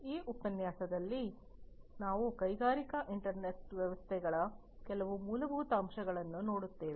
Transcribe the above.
ಈ ಉಪನ್ಯಾಸದಲ್ಲಿ ನಾವು ಕೈಗಾರಿಕಾ ಇಂಟರ್ನೆಟ್ ವ್ಯವಸ್ಥೆಗಳ ಕೆಲವು ಮೂಲಭೂತ ಅಂಶಗಳನ್ನು ನೋಡುತ್ತೇವೆ